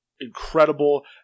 incredible